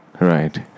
Right